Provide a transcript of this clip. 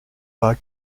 pas